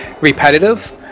repetitive